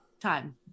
time